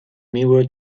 mirror